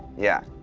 yeah.